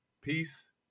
Peace